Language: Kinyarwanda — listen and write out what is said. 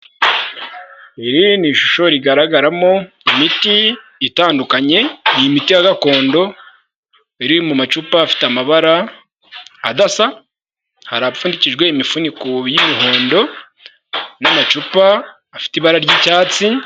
Iri ni ishusho rigaragaramo imiti itandukanye, ni imiti ya gakondo iri mu macupa afite amabara adasa, hari apfundikijwe imifuniko y'umuhondo n'amacupa afite ibara ry'icyatsi.